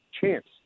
chance